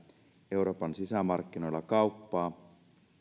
euroopan sisämarkkinoilla kauppaa